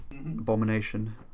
Abomination